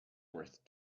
worth